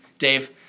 Dave